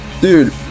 dude